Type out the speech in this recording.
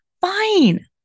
Fine